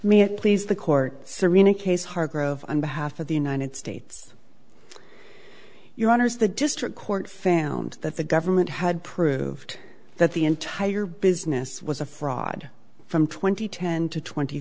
me please the court serena case hargrove on behalf of the united states your honors the district court found that the government had proved that the entire business was a fraud from twenty ten to twenty